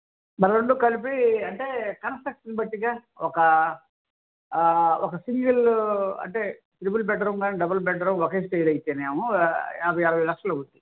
మరి రెండు కలిపి అంటే కంస్ట్రక్షన్ బట్టి ఒక ఒక సింగిలు అంటే ట్రిపుల్ బెడ్రూమ్ కానీ డబల్ బెడ్రూమ్ ఒకే సైడ్ అయితే ఏమో యాభై అరవై లక్షలు అవుద్ది